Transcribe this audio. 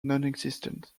nonexistent